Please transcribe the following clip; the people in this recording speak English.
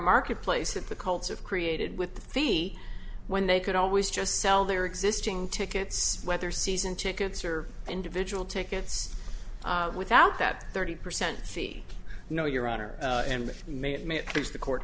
marketplace at the colts of created with the fee when they could always just sell their existing tickets whether season tickets or individual tickets without that thirty percent fee no your honor and may it may it please the court